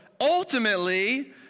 ultimately